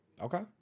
Okay